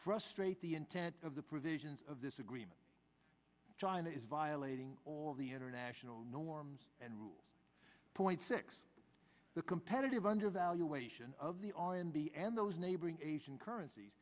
frustrate the intent of the provisions of this agreement china is violating all the international norms and rules point six the competitive undervaluation of the r and b and those neighboring asian currenc